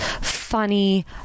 funny